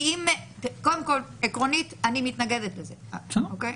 קודם כל עקרונית אני מתנגדת לזה, אוקיי?